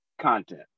content